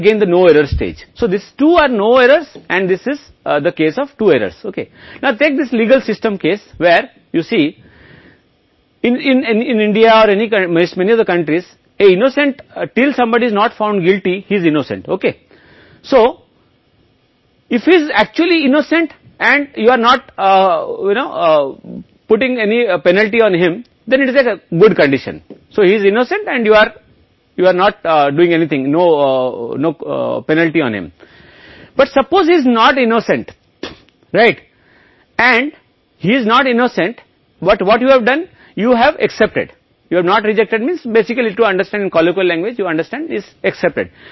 तो अगर यह वास्तव में निर्दोष है उस पर जुर्माना तो यह अच्छी स्थिति है इसलिए वह निर्दोष है और आप कुछ उस पर जुर्माना कर रहे हैं लेकिन मान लीजिए कि वह निर्दोष नहीं है और वह निर्दोष नहीं है लेकिन आपके पास क्या है क्या आपने स्वीकार कर लिया है कि आप अस्वीकार नहीं किए गए हैं मूल रूप से आपको समझने का मतलब है समझ को स्वीकार किया जाता है इसलिए आपने उसे स्वीकार कर लिया है लेकिन वह वास्तव में अपराधी है वह दोषी है